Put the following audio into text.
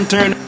Turn